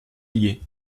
lyé